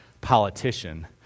politician